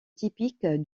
typique